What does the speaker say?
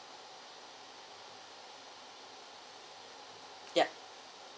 yup